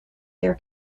their